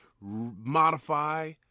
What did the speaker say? modify